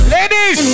Ladies